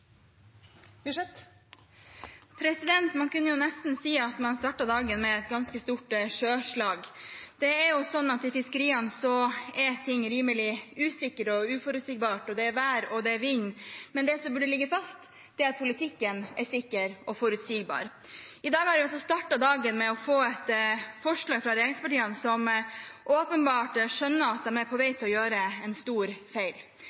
sånn at i fiskeriene er ting usikkert og uforutsigbart, og det er vær og vind, men det som burde ligge fast, er at politikken er sikker og forutsigbar. I dag har vi startet dagen med å få et forslag fra regjeringspartiene, der de åpenbart skjønner at de er på vei til å gjøre en stor feil